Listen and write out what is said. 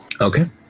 Okay